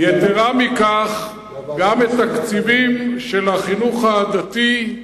יתירה מכך, גם את התקציבים של החינוך הדתי,